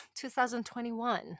2021